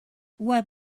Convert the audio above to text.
what